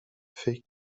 فکر